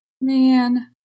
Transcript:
Man